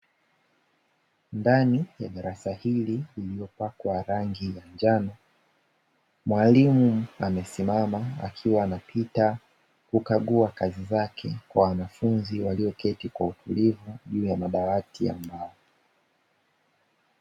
Ndani ya darasa hili lililopakwa rangi ya njano, mwalimu amesimama, akiwa anapita kukagua kazi zake kwa wanafunzi walioketi kwa utulivu juu ya madawati ya mbao.